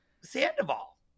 Sandoval